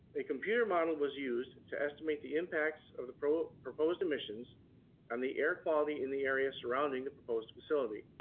a computer model was used to estimate the impacts of the proposed proposed emissions on the air quality in the area surrounding the proposed facility.